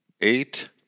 eight